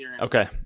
Okay